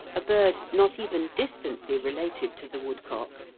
a bird not even distantly related to the woodcock,